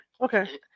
Okay